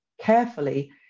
carefully